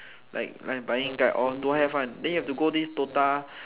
like like buying guide all don't have one then you have to go these DOTA